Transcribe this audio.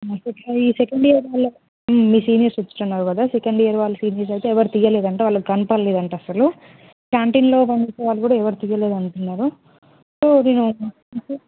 అదే second year వాళ్ళు మీ సీనియర్స్ కూర్చున్నారు కదా సెకండ్ ఇయర్ వాళ్ళు సీనియర్స్ అయితే ఎవరు తీయలేదంట వాళ్ళకి కనపడలేదంట అస్సలూ క్యాంటీన్లో పనిచేసే వాళ్ళు కూడా ఎవరూ తీయలేదు అంటున్నారు సో నేను